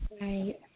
Right